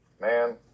man